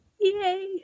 Yay